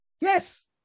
Yes